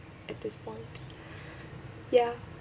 at this point ya